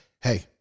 hey